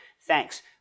Thanks